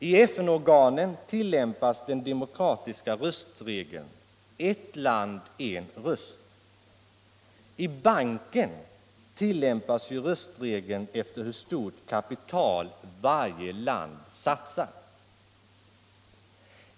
I FN-organen tillämpas den demokratiska röstregeln ett land, en röst. I banken bygger ju röstregeln på hur stort kapital varje land satsar.